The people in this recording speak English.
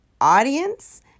audience